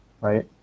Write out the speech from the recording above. right